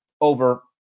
over